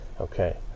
Okay